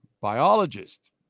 biologist